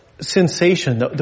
sensation